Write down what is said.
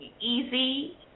easy